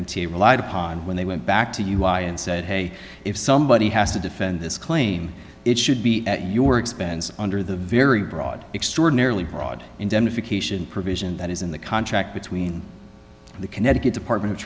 a relied upon when they went back to you why and said hey if somebody has to defend this claim it should be at your expense under the very broad extraordinarily broad indemnification provision that is in the contract between the connecticut